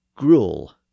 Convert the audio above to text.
gruel